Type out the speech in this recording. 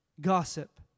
Gossip